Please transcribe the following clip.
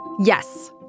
Yes